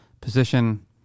position